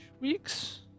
weeks